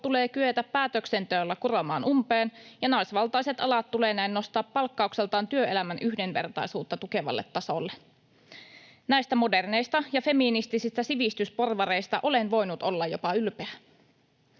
tulee kyetä päätöksenteolla kuromaan umpeen ja naisvaltaiset alat tulee näin nostaa palkkaukseltaan työelämän yhdenvertaisuutta tukevalle tasolle. Näistä moderneista ja feministisistä sivistysporvareista olen voinut olla jopa ylpeä.